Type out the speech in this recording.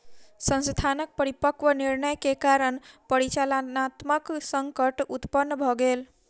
संस्थानक अपरिपक्व निर्णय के कारण परिचालनात्मक संकट उत्पन्न भ गेल